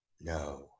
No